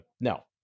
No